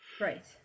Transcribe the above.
Right